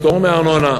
פטור מארנונה.